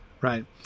right